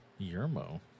Yermo